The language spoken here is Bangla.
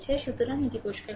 সুতরাং এটি পরিষ্কার করুন